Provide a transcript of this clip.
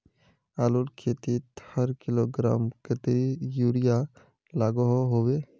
आलूर खेतीत हर किलोग्राम कतेरी यूरिया लागोहो होबे?